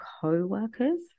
co-workers